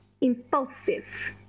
impulsive